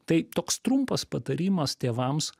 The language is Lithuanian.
tai toks trumpas patarimas tėvams